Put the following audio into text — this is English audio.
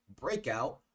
breakout